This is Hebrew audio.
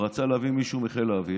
רצה להביא מישהו מחיל האוויר,